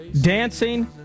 dancing